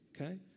okay